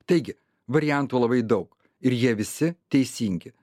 taigi variantų labai daug ir jie visi teisingi